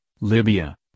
Libya